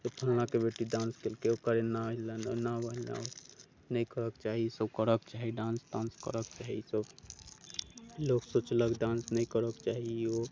जे फलनाके बेटी डांस केलकै ओकर एना नहि करऽके चाही ई सब करऽके चाही डांस तांस करक चाही ई सब लोक सोचलक डांस नहि करऽके चाही ई ओ